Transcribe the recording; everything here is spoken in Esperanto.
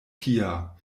tia